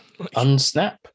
Unsnap